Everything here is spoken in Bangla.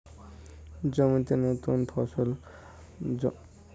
জমিতে নুতন কোনো ফসল লাগানোর আগে পূর্ববর্তী উদ্ভিদ এর ভূমিকা কি?